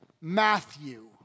Matthew